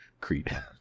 Creed